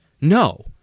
No